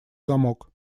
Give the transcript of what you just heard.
замок